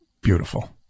beautiful